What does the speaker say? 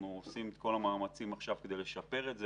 אנחנו עושים את כל המאמצים עכשיו כדי לשפר את זה